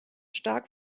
stark